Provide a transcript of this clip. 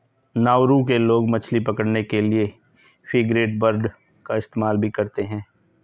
Nauru के लोग मछली पकड़ने के लिए फ्रिगेटबर्ड का इस्तेमाल भी करते हैं